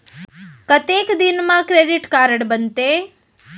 कतेक दिन मा क्रेडिट कारड बनते?